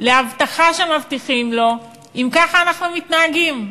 להבטחה שמבטיחים לו, אם ככה אנחנו מתנהגים?